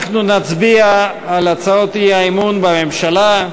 אנחנו נצביע על הצעות האי-אמון בממשלה.